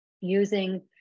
using